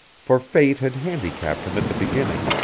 for fate had handicapped him at the beginning,